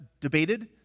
debated